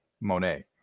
Monet